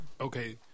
Okay